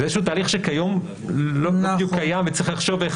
זה איזשהו תהליך שכיום לא בדיוק קיים וצריך לחשוב איך